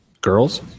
Girls